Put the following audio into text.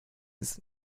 ist